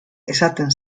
esaten